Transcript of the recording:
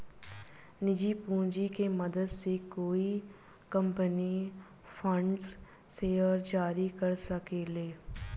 निजी पूंजी के मदद से कोई कंपनी फाउंडर्स शेयर जारी कर सके ले